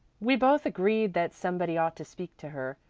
we both agreed that somebody ought to speak to her,